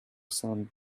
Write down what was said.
salami